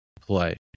play